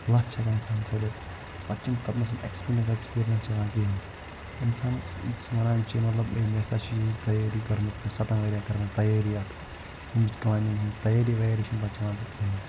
لَتھ چھِ ہٮ۪کان اِنسان ژٔلِتھ پَتہٕ چھِنہٕ تَتنٮ۪س اٮ۪کٕسپریٖنَس وٮ۪کٕسپریٖنَس چلان کِہیٖنۍ اِنسانَس یہِ وَنان چھِ ہے مےٚ ہسا چھِ ییٖژ تیٲری کٔرمٕژ مےٚ سَتَن ؤری یَن کٔرٕمٕژ تیٲری اَتھ یٔمِچ کٔلایمِنٛگ ۂنٛز تیٲری وَریٲری چھِنہٕ پَتہٕ چلان تَتہِ کِہیٖنۍ